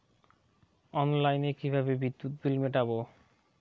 অনলাইনে কিভাবে বিদ্যুৎ বিল মেটাবো?